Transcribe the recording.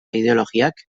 ideologiak